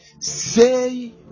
say